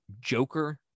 Joker